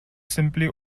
simply